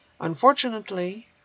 Unfortunately